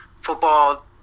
football